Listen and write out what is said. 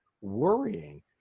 worrying